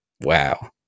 Wow